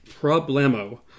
problemo